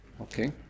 Okay